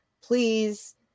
please